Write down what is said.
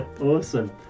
Awesome